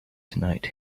tonight